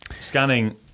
scanning